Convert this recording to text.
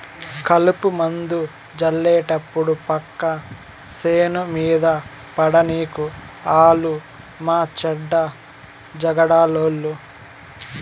కలుపుమందు జళ్లేటప్పుడు పక్క సేను మీద పడనీకు ఆలు మాచెడ్డ జగడాలోళ్ళు